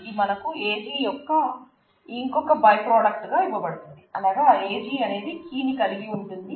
ఇది మనకు AG యొక్క ఇంకొక బై ప్రొడక్ట్ గా ఇవ్వబడుతుంది అనగా AG అనేది కీ ని కలిగి ఉంటుంది